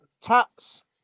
Taps